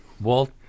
Walt